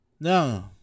No